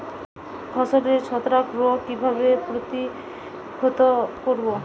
ফসলের ছত্রাক রোগ কিভাবে প্রতিহত করব?